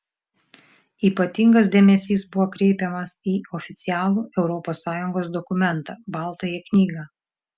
ypatingas dėmesys buvo kreipiamas į oficialų europos sąjungos dokumentą baltąją knygą